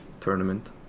tournament